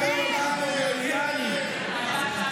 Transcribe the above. רק בעולם אורווליאני, ההצעה.